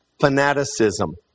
fanaticism